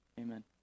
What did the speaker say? Amen